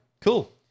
Cool